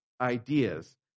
ideas